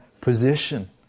position